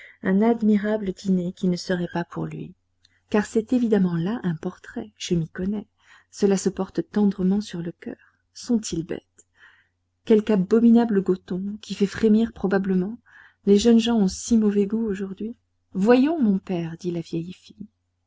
un admirable dîner qui ne serait pas pour lui car c'est évidemment là un portrait je m'y connais cela se porte tendrement sur le coeur sont-ils bêtes quelque abominable goton qui fait frémir probablement les jeunes gens ont si mauvais goût aujourd'hui voyons mon père dit la vieille fille